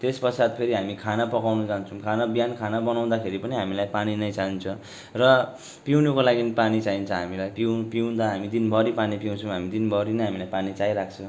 त्यसपश्चात फेरि हामी खाना पकाउन जान्छौँ खाना बिहान खाना बनाउँदाखेरि पनि हामीलाई पानी नै चाहिन्छ र पिउनको लागि पानी चाहिन्छ हामीलाई पिउँ पिउँदा हामी दिनभरि पानी पिउँछौँ हामी दिनभरि नै हामीलाई पानी चाहिरहन्छ